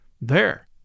There